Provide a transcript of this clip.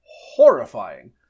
Horrifying